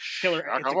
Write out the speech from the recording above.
killer